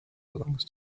belongs